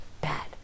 bad